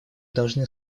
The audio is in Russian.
должны